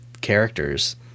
characters